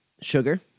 Sugar